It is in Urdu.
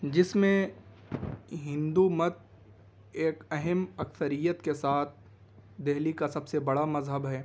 جس میں ہندومت ایک اہم اکثریت کے ساتھ دہلی کا سب سے بڑا مذہب ہے